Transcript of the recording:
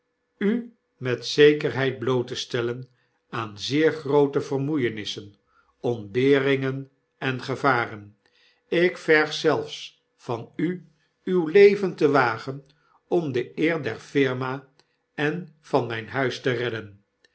u met zekerheid bloot te stellen aan zeer groote vermoeienissen ontberingen en gevaren ik yerg zelfs van u uw leven te wagen om de eer der firma en van myn huis te redden